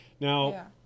Now